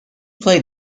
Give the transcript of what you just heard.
played